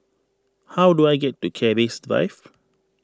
how do I get to Keris Drive